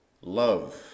love